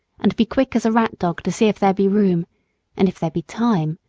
and be quick as a rat-dog to see if there be room and if there be time,